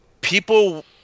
people